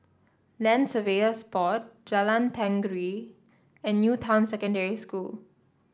Land Surveyors Board Jalan Tenggiri and New Town Secondary School